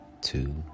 two